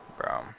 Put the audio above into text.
Bro